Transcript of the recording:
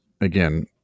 again